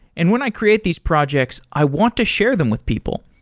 and when i create these projects, i want to share them with people.